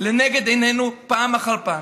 לנגד עיניי פעם אחר פעם.